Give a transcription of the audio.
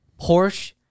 Porsche